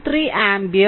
3 ampere